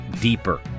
deeper